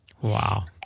Wow